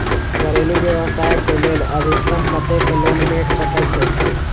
घरेलू व्यवसाय कऽ लेल अधिकतम कत्तेक लोन भेट सकय छई?